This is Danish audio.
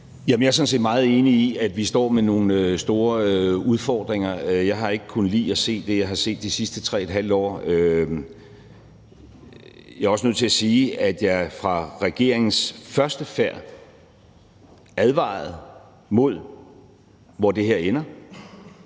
set meget enig i, at vi står med nogle store udfordringer. Jeg har ikke kunnet lide at se det, jeg har set de sidste 3½ år. Jeg er også nødt til at sige, at jeg fra regeringens første færd advarede mod, hvor det her ender.